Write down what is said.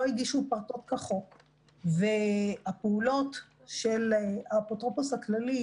הגישו פרטות כחוק והפעולות של האפוטרופוס הכללי,